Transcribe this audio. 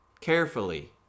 carefully